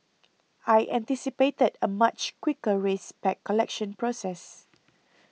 I anticipated a much quicker race pack collection process